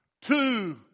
two